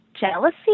jealousy